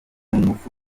ingufu